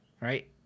right